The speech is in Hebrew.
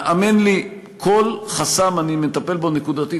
האמן לי, כל חסם, אני מטפל בו נקודתית.